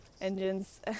engines